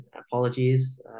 apologies